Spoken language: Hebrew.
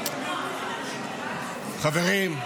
חברים,